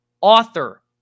Author